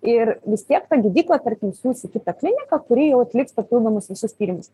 ir vis tiek ta gydykla tarkim siųs į kitą kliniką kuri jau atliks papildomus visus tyrimus